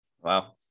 Wow